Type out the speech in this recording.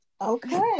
okay